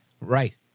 Right